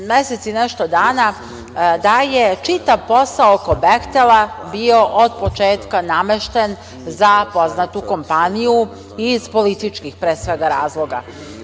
mesec i nešto dana da je čitav posao oko „Behtela“ bio od početka namešten za poznatu kompaniju, i to iz političkih, pre svega, razloga.